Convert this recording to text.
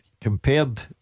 Compared